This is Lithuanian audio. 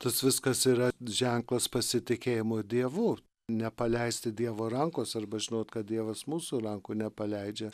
tad viskas yra ženklas pasitikėjimo dievu nepaleisti dievo rankos arba žinot kad dievas mūsų rankų nepaleidžia